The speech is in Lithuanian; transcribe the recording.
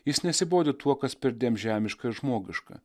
jis nesibodi tuo kas perdėm žemiška ir žmogiška